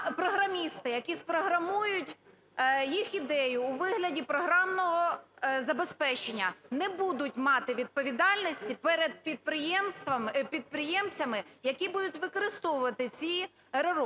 Програмісти, які спрограмують їх ідею у вигляді програмного забезпечення, не будуть мати відповідальності перед підприємцями, які будуть використовувати ці РРО.